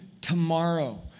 Tomorrow